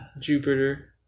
Jupiter